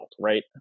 right